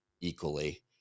equally